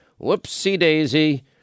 Whoopsie-daisy